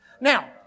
Now